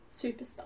superstar